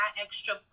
extra